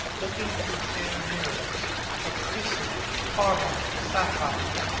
looking through fair mirrours of chrysolites, carbuncles, sapphires,